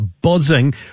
buzzing